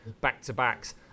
back-to-backs